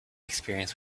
experience